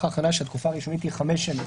ההכנה שהתקופה הראשונית היא חמש שנים.